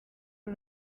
uru